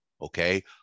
okay